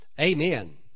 amen